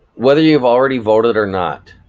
whether you've already voted or not,